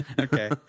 Okay